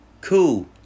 Cool